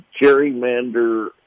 gerrymander